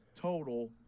total